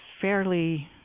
fairly